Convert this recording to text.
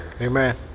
Amen